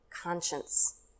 conscience